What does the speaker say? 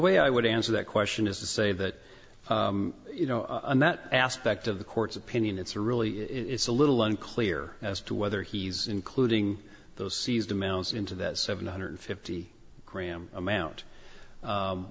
way i would answer that question is to say that you know and that aspect of the court's opinion it's really it's a little unclear as to whether he's including those seized amounts into that seven hundred fifty gram amount